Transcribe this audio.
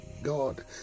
God